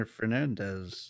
Fernandez